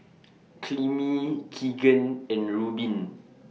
Clemie Keegan and Rubin